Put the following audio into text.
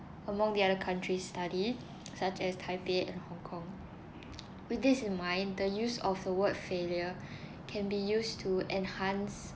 among the other countries studied such as taipei and Hong-Kong with this in mind the use of the word failure can be used to enhance